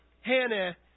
Hannah